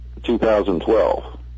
2012